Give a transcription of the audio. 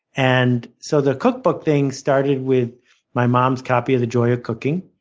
and so the cookbook thing started with my mom's copy of the joy of cooking.